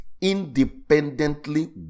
independently